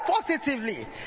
positively